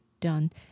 done